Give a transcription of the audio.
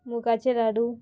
मुगाचे लाडू